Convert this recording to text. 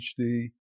PhD